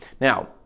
now